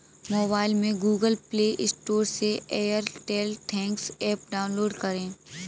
mobile में Google Play Store से Airtel thanks app download करें